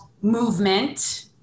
movement